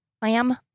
Clam